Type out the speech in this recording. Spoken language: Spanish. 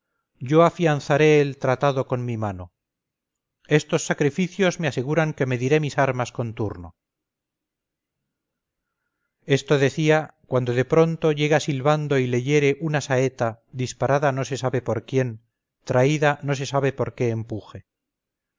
yo afianzaré el tratado con mi mano estos sacrificios me aseguran que mediré mis armas con turno esto decía cuando de pronto llega silbando y le hiere una saeta disparada no se sabe por quién traída no se sabe por qué empuje